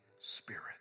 Spirit